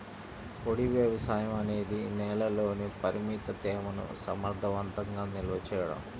పొడి వ్యవసాయం అనేది నేలలోని పరిమిత తేమను సమర్థవంతంగా నిల్వ చేయడం